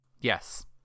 Yes